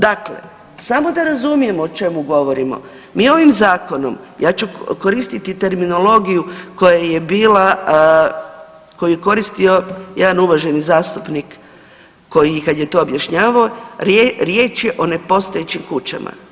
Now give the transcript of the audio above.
Dakle, samo da razrujemo o čemu govorimo, mi ovim zakonom, ja ću koristiti terminologiju koja je bila koju je koristio jedan uvaženi zastupnik koji kad je to objašnjavao riječ je o nepostojećim kućama.